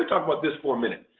talk about this for a minute.